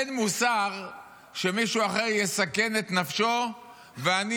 אין מוסר שמישהו אחר יסכן את נפשו ואני